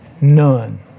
None